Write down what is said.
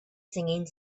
singing